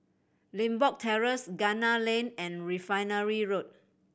Limbok Terrace Gunner Lane and Refinery Road